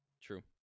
True